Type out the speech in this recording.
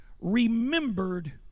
remembered